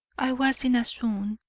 i was in a swoon,